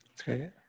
okay